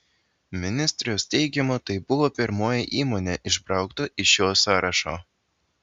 ministerijos teigimu tai buvo pirmoji įmonė išbraukta iš šio sąrašo